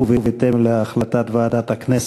ובהתאם להחלטת ועדת הכנסת.